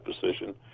position